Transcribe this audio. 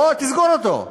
או שתסגור אותן.